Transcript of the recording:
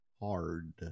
hard